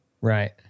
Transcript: Right